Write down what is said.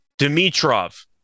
Dimitrov